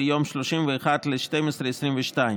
ביום 31 בדצמבר 2022,